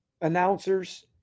announcers